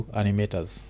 animators